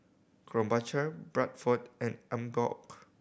Krombacher Bradford and Emborg